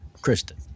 Kristen